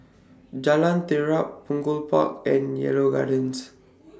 Jalan Terap Punggol Park and Yarrow Gardens